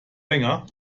länger